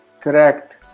Correct